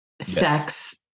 sex